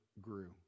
grew